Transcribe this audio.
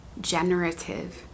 generative